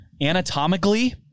anatomically